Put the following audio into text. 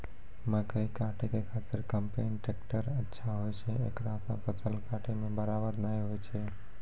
मकई काटै के खातिर कम्पेन टेकटर अच्छा होय छै ऐकरा से फसल काटै मे बरवाद नैय होय छै?